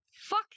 fuck